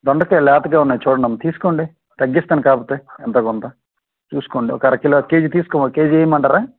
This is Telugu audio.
బెండకాయలు లేతగా ఉన్నాయి చూడండి అమ్మా తీసుకోండి తగ్గిస్తాను కాకపోతే ఎంతో కొంత తీసుకోండి ఒక అరకిలో కేజీ తీసుకోని కేజీ ఇవ్వమంటారా